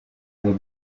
aller